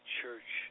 church